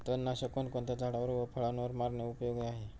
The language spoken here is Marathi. तणनाशक कोणकोणत्या झाडावर व फळावर मारणे उपयोगी आहे?